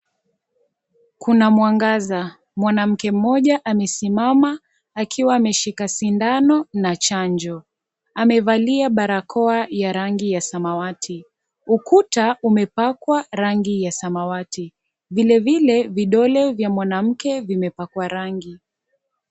Kuna mwangaza, mwanamke mmoja amesimama akiwa ameshika sindano na chanjo, amevalia barakoa ya rangi ya samawati ukuta umepakwa rangi ya samawati. Vilevile vidole vya mwanamke vimepakwa rangi.